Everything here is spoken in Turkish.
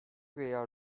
veya